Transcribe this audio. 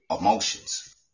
emotions